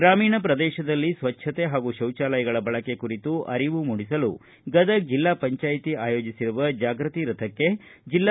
ಗ್ರಾಮೀಣ ಪ್ರದೇಶದಲ್ಲಿ ಸ್ವಚ್ಛಕೆ ಹಾಗೂ ಶೌಚಾಲಯಗಳ ಬಳಕೆ ಕುರಿತು ಅರಿವು ಮೂಡಿಸಲು ಗದಗ ಜಿಲ್ಲಾ ಪಂಚಾಯ್ತಿ ಆಯೋಜಿಸಿರುವ ಜಾಗೃತಿ ರಥಕ್ಕೆ ಜಿ